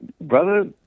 brother